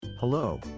Hello